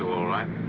all right.